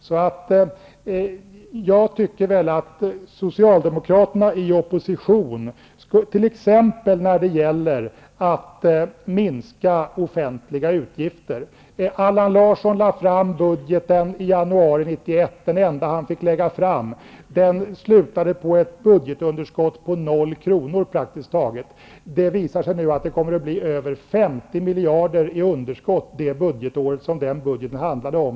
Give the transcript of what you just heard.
Låt mig säga några ord om den socialdemokratiska politiken i opposition, t.ex. när det gäller att minska offentliga utgifter. Den budget som Allan Larsson lade fram i januari 1991, den enda han fick lägga fram, slutade med ett underskott på praktiskt taget 0 kr. Det visar sig nu att det kommer att bli över 50 miljarder i underskott för det budgetår som den budgeten avsåg.